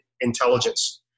intelligence